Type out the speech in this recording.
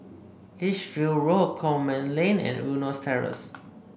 Lichfield Road Coleman Lane and Eunos Terrace